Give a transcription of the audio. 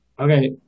Okay